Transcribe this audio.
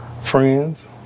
friends